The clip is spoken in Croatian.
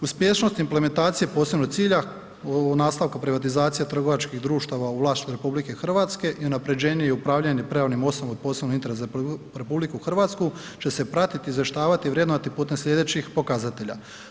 Uspješnost implementacije posebnog cilja u ovom nastavku privatizacije trgovačkih društava u vlasništvu RH i unaprjeđenje i upravljanje pravnim osobama od posebnog interesa za RH će se pratiti i izvještavati i vrednovati putem sljedećih pokazatelja.